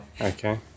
Okay